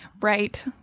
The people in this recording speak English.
Right